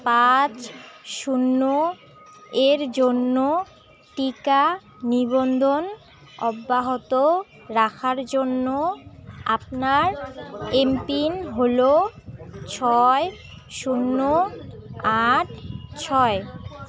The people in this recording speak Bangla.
পাঁচ শূন্য এর জন্য টিকা নিবন্ধন অব্যাহত রাখার জন্য আপনার এমপিন হলো ছয় শূন্য আট ছয়